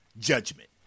judgment